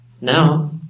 Now